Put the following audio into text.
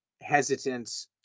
hesitant